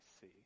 see